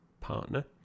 partner